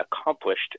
accomplished